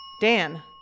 Dan